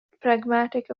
pragmatic